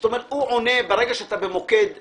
ברגע שאתה במוקד מסודר,